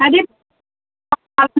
అది